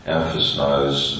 emphasize